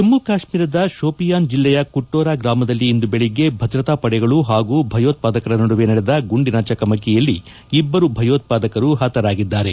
ಜಮ್ಮು ಕಾಶ್ಮೀರದ ಶೋಫಿಯಾನ್ ಜಿಲ್ಲೆಯ ಕುಟ್ಪೋರ ಗ್ರಾಮದಲ್ಲಿ ಇಂದು ಬೆಳಗ್ಗೆ ಭದ್ರತಾ ಪಡೆಗಳು ಹಾಗೂ ಭಯೋತ್ಸಾದಕರ ನಡುವೆ ನಡೆದ ಗುಂಡಿನ ಚಕಮಕಿಯಲ್ಲಿ ಇಬ್ಬರು ಭಯೋತ್ವಾದಕರು ಹತರಾಗಿದ್ದಾರೆ